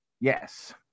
yes